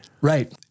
Right